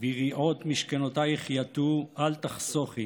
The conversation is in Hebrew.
ויריעות משכנותיך יטו אל תחשֹׂכי